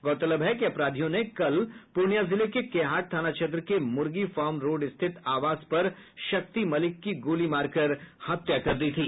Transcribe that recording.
गौरतलब है कि अपराधियों ने कल पूर्णियां जिले के केहाट थाना क्षेत्र के मुर्गी फार्म रोड स्थित आवास पर शक्ति मलिक की गोली मारकर हत्या कर दी थी